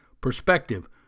Perspective